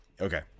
Okay